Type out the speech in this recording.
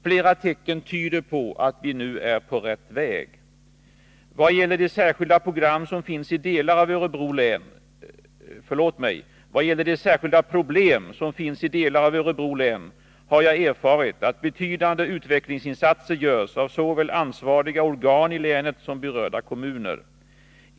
Flera tecken tyder på att vi nu är på rätt väg. Om den industriel Vad gäller de särskilda problem som finns i delar av Örebro län, har jag la verksamheten erfarit att betydande utvecklingsinsatser görs av såväl ansvariga organ i länet — j Örebro län som berörda kommuner.